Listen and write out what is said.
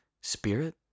spirit